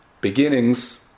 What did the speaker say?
beginnings